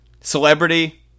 Celebrity